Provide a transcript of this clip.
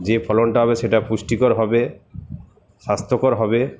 যে ফলনটা হবে সেটা পুষ্টিকর হবে স্বাস্থ্যকর হবে